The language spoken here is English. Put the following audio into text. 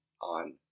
on